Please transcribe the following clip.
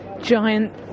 giant